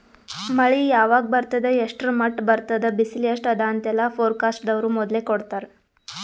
ಮಳಿ ಯಾವಾಗ್ ಬರ್ತದ್ ಎಷ್ಟ್ರ್ ಮಟ್ಟ್ ಬರ್ತದ್ ಬಿಸಿಲ್ ಎಸ್ಟ್ ಅದಾ ಅಂತೆಲ್ಲಾ ಫೋರ್ಕಾಸ್ಟ್ ದವ್ರು ಮೊದ್ಲೇ ಕೊಡ್ತಾರ್